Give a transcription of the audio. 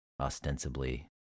ostensibly